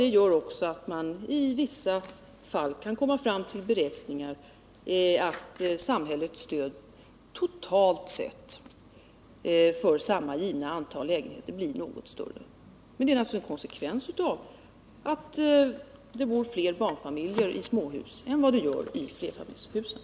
Detta gör också att man i vissa fall kan komma fram till att samhällets stöd totalt sett för samma givna antal lägenheter blir något större. Men det är naturligtvis en konsekvens av att det bor fler barnfamiljer i småhus än vad det gör i flerfamiljshusen.